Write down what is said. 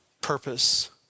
purpose